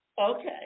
okay